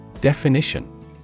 Definition